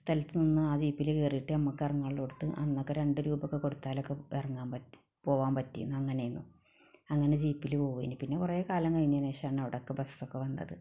സ്ഥലത്ത് നിന്ന് ആ ജീപ്പില് കയറിയിട്ട് നമ്മക്കെറങ്ങാനുള്ളോടത്ത് അന്നൊക്കെ രണ്ട് രൂപയൊക്കെ കൊടുത്തലൊക്കെ ഇറങ്ങാൻ പറ്റും പോകാൻ പറ്റും അങ്ങനെയാണ് അങ്ങനെ ജീപ്പില് പോകേണ്ടി വരും പിന്നെ കുറേകാലം കഴിഞ്ഞതിന് ശേഷമാണ് അവിടൊക്കെ ബസ്സൊക്കെ വന്നത്